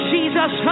Jesus